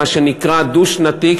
מה שנקרא: דו-שנתי,